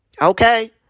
Okay